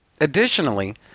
Additionally